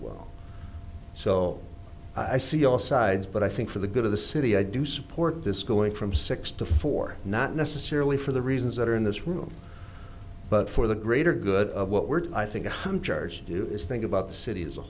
well so i see all sides but i think for the good of the city i do support this going from six to four not necessarily for the reasons that are in this room but for the greater good of what we're i think a hump church to do is think about the city as a